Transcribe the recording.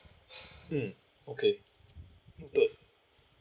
mm okay good